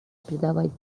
придавать